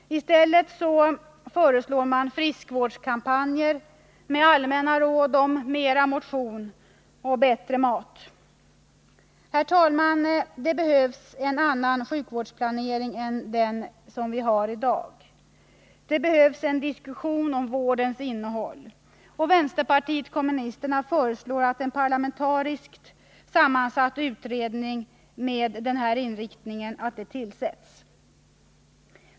I stället föreslår man friskvårdskampanjer med allmänna råd om mer motion och bättre mat. Herr talman! Det behövs en annan sjukvårdsplanering än den som vi har i dag. Det behövs en diskussion om vårdens innehåll. Och vänsterpartiet kommunisterna föreslår att en parlamentariskt sammansatt utredning med denna inriktning tillsätts.